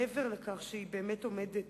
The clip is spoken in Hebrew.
מעבר לכך שהיא עומדת